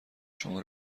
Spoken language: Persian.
شما